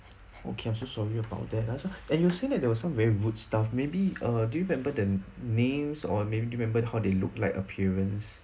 okay I'm so sorry about that ah sir and you were saying that there were some very rude staff maybe uh do you remember the names or maybe remember how they looked like appearance